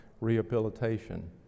rehabilitation